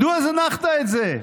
מדוע זנחת את זה?